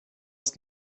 ist